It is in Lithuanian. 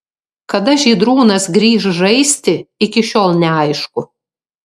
kada žydrūnas grįš žaisti iki šiol neaišku